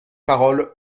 paroles